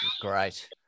Great